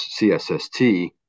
CSST